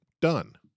Done